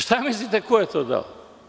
Šta mislite ko je to dao?